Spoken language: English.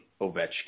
Ovechkin